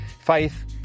Faith